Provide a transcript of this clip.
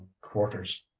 quarters